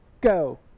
Go